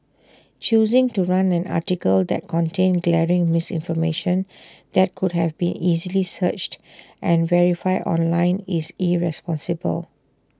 choosing to run an article that contained glaring misinformation that could have been easily searched and verified online is irresponsible